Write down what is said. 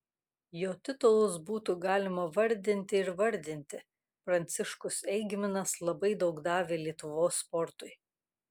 jo titulus būtų galima vardinti ir vardinti pranciškus eigminas labai daug davė lietuvos sportui